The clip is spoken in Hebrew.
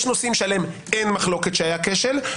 יש נושאים שעליהם אין מחלוקת שהיה כשל,